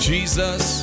Jesus